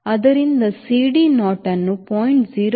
ಆದ್ದರಿಂದ CD naught ಅನ್ನು 0